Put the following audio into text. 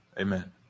Amen